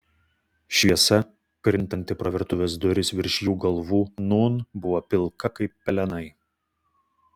šviesa krintanti pro virtuvės duris virš jų galvų nūn buvo pilka kaip pelenai